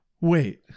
Wait